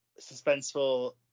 suspenseful